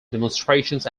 demonstrations